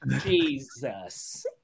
jesus